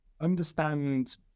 understand